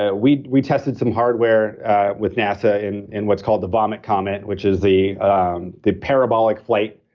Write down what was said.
ah we we tested some hardware with nasa in in what's called the vomit comet, which is the um the parabolic flight.